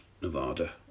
Nevada